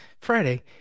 Friday